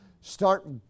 Start